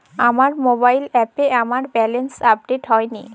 আমার মোবাইল অ্যাপে আমার ব্যালেন্স আপডেট হয়নি